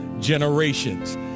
generations